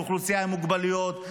על אוכלוסייה עם מוגבלויות,